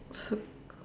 cir~